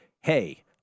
hey –